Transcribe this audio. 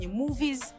movies